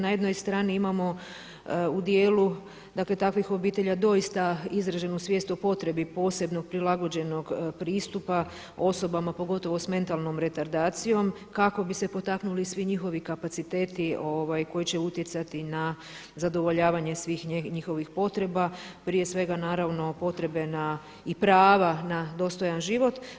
Na jednoj strani imamo u dijelu, dakle takvih obitelji doista izraženu svijest o potrebi posebnog prilagođenog pristupa osobama pogotovo sa mentalnom retardacijom kako bi se potaknuli svi njihovi kapaciteti koji će utjecati na zadovoljavanje svih njihovih potreba, prije svega naravno potrebe i prava na dostojan život.